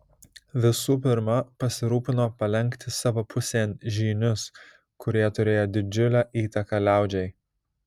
visų pirma pasirūpino palenkti savo pusėn žynius kurie turėjo didžiulę įtaką liaudžiai